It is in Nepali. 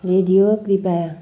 रेडियो कृपया